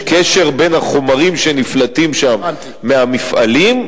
קשר בין החומרים שנפלטים שם מהמפעלים,